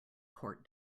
court